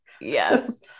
Yes